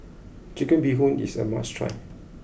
Chicken Bee Hoon is a must try